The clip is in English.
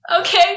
Okay